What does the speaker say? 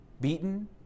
Beaten